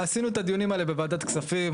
עשינו את הדיונים האלה בוועדת כספים,